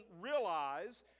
realize